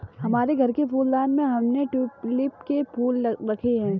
हमारे घर के फूलदान में हमने ट्यूलिप के फूल रखे हैं